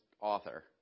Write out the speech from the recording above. author